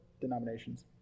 denominations